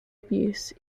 abuse